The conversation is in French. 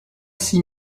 six